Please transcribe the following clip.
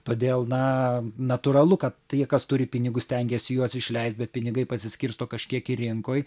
todėl na natūralu kad tie kas turi pinigus stengiasi juos išleist bet pinigai pasiskirsto kažkiek ir rinkoj